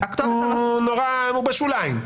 הוא בשוליים.